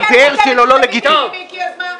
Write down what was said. אני כן חושבת שהוא לגיטימי, מיקי, אז מה?